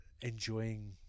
enjoying